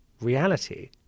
reality